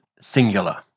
singular